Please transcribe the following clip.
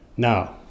Now